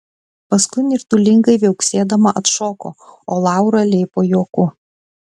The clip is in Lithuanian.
paskui nirtulingai viauksėdama atšoko o laura leipo juoku